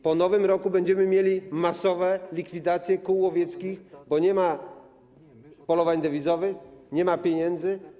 Po nowym roku będziemy mieli masowe likwidacje kół łowieckich, bo nie ma polowań dewizowych, nie ma pieniędzy.